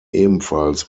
ebenfalls